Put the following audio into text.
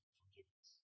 forgiveness